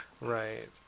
Right